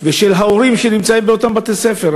ושל ההורים שנמצאים באותם בתי-ספר.